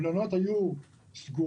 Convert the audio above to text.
המלונות היו סגורים,